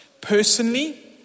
Personally